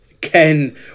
Ken